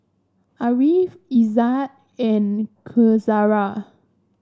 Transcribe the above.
Ariff Izzat and Qaisara